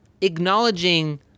acknowledging